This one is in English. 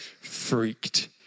freaked